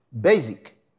Basic